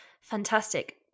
Fantastic